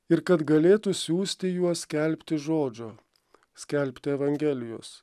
ir kad galėtų siųsti juos skelbti žodžio skelbti evangelijos